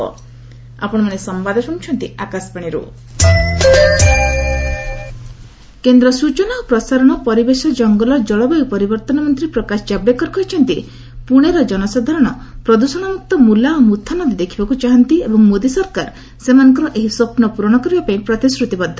ପୁଣେ ଜାବଡେକର୍ କେନ୍ଦ୍ର ସୂଚନା ଓ ପ୍ରସାରଣ ପରିବେଶ ଜଙ୍ଗଲ ଓ ଜଳବାୟୁ ପରିବର୍ତ୍ତନ ମନ୍ତ୍ରୀ ପ୍ରକାଶ ଜାବ୍ଡେକର କହିଛନ୍ତି ପୁଣେର ଜନସାଧାରଣ ପ୍ରଦୃଷଣମୁକ୍ତ ମୁଲା ଓ ମୁଥା ନଦୀ ଦେଖିବାକୁ ଚାହାନ୍ତି ଏବଂ ମୋଦି ସରକାର ସେମାନଙ୍କର ଏହି ସ୍ୱପ୍ନ ପୂର୍ବଣ କରିବାପାଇଁ ପ୍ରତିଶ୍ରତିବଦ୍ଧ